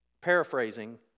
paraphrasing